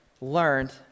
learned